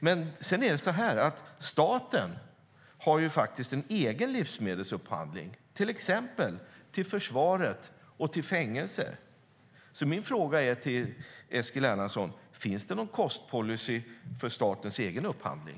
Men sedan är det så att staten har en egen livsmedelsupphandling, till exempel till försvaret och fängelser. Min fråga till Eskil Erlandsson är: Finns det någon kostpolicy för statens egen upphandling?